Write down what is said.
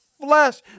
flesh